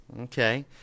Okay